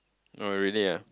no really ah